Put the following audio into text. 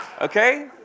Okay